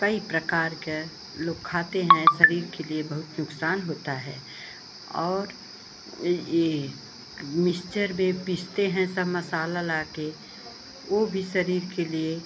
कई प्रकार के लोग खाते हैं शरीर के लिए बहुत नुक़सान होता है और यह मिस्चर में पीसते हैं सब मसाला लाकर वह भी शरीर के लिए